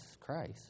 Christ